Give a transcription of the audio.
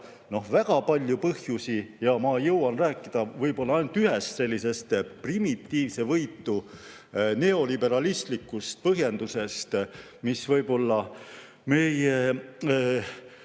väga palju põhjusi. Ma jõuan rääkida ainult ühest sellisest primitiivsevõitu neoliberalistlikust põhjendusest, mis võib-olla meie